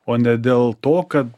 o ne dėl to kad